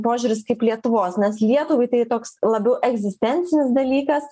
požiūris kaip lietuvos nes lietuvai tai toks labiau egzistencinis dalykas